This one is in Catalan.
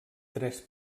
tres